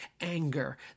anger